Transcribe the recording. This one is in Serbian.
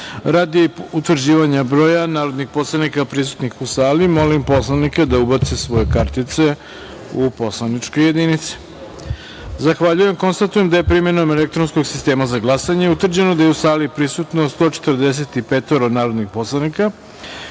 utvrđivanja broja narodnih poslanika prisutnih u sali, molim poslanike da ubace svoje kartice u poslaničke jedinice. Konstatujem da je, primenom elektronskog sistema za glasanje, utvrđeno da je u sali prisutno 145 narodnih poslanika,